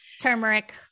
turmeric